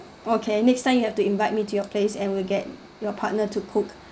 okay next time you have to invite me to your place and we'll get your partner to cook